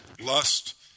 lust